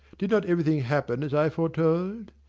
did not everything happen as i foretold?